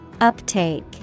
uptake